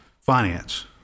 Finance